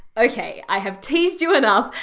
okay, i have teased you enough,